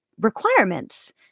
requirements